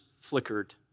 flickered